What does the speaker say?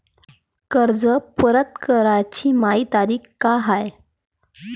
कर्ज परत कराची मायी तारीख का हाय?